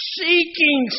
seeking